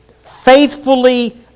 faithfully